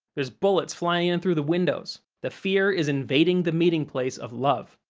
there's bullets flying in through the windows the fear is invading the meeting place of love.